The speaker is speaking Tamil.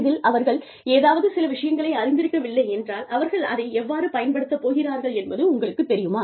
இதில் அவர்கள் ஏதாவது சில விஷயங்களை அறிந்திருக்கவில்லை என்றால் அவர்கள் அதை எவ்வாறு பயன்படுத்தப் போகிறார்கள் என்பது உங்களுக்குத் தெரியுமா